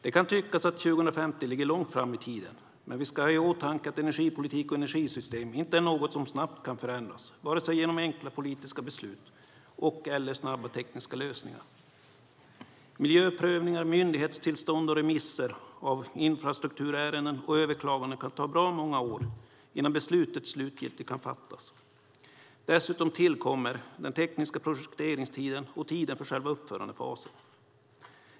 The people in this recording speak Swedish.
Det kan tyckas att 2050 ligger långt fram i tiden, men vi ska ha i åtanke att energipolitik och energisystem inte är något som snabbt kan förändras vare sig genom enkla politiska beslut eller genom snabba tekniska lösningar. Miljöprövningar, myndighetstillstånd och remisser av infrastrukturärenden och överklaganden kan ta bra många år innan beslutet slutgiltigt kan fattas. Dessutom tillkommer den tekniska projekteringstiden och tiden för själva uppförandefasen.